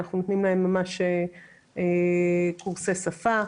אנחנו נותנים להן קורסי שפה.